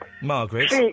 Margaret